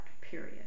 period